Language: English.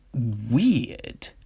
Weird